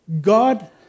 God